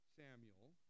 Samuel